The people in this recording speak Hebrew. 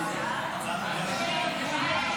הצבעה.